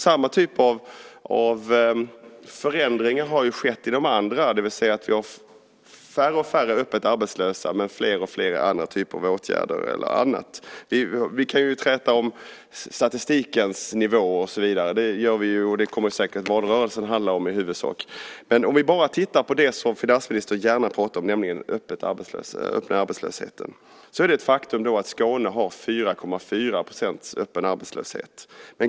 Samma typ av förändringar har ju skett i de andra regionerna. Vi har färre och färre öppet arbetslösa men fler och fler i olika typer av åtgärder. Vi kan träta om statistikens nivåer - det gör vi också, och det kommer säkert valrörelsen att handla om i huvudsak - men om vi bara tittar på det som finansministern gärna pratar om, nämligen den öppna arbetslösheten, är det ett faktum att Skåne har 4,4 % öppen arbetslöshet.